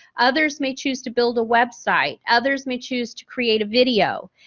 others may choose to build a website, others may choose to create a video,